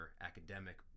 academic